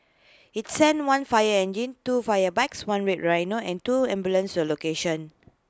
IT sent one fire engine two fire bikes one red rhino and two ambulances to the location